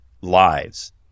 lives